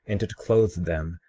and did clothe them,